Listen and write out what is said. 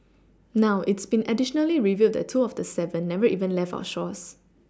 now it's been additionally revealed that two of the seven never even left our shores